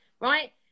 right